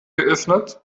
geöffnet